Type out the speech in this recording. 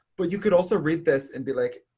but you could also read this and be like,